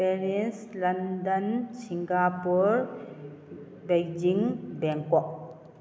Paris London Singapore Beijing Bangkok